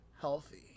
healthy